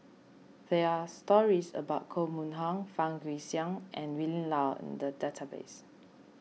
there are stories about Koh Mun Hong Fang Guixiang and Willin Low in the database